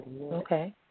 Okay